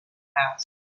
passed